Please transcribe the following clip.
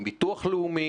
עם ביטוח לאומי,